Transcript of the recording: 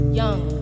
young